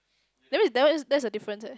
that means there's there's a difference eh